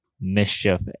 mischief